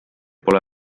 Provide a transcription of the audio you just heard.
pole